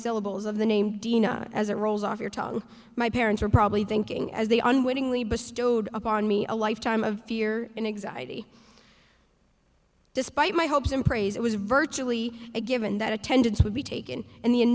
syllables of the name dena as it rolls off your tongue my parents were probably thinking as they unwittingly bestowed upon me a lifetime of fear and exile despite my hopes and prays it was virtually a given that attendance would be taken and